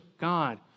God